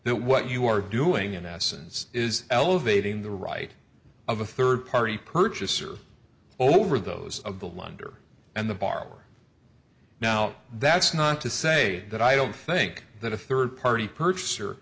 that what you are doing in essence is elevating the right of a third party purchaser over those of the lender and the borrower now that's not to say that i don't think that a third party purchaser